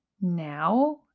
now